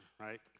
right